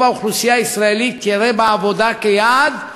האוכלוסייה הישראלית תראה בעבודה יעד.